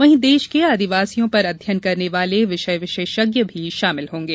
वहीं देश के आदिवासियों पर अध्ययन करने वाले विषय विशेषज्ञ मी शामिल होंगे